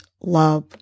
love